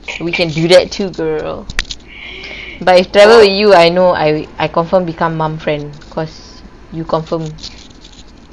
we can do that too girl but if I travel with you I know I confirm become mum friend cause you confirm like small kid